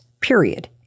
period